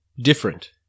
Different